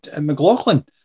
McLaughlin